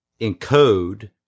encode